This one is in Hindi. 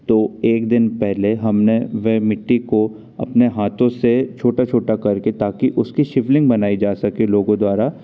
तो एक दिन पहले हमने वह मिट्टी को अपने हाथों से छोटा छोटा करके ताकि उसकी शिवलिंग बनाई जा सके लोगों द्वारा